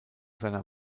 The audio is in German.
seiner